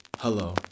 Hello